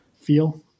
feel